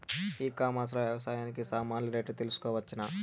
ఈ కామర్స్ లో వ్యవసాయానికి సామాన్లు రేట్లు తెలుసుకోవచ్చునా?